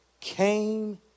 came